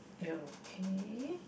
okay